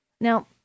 Now